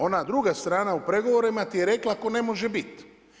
Ona druga strana u pregovorima ti je rekla tko ne može biti.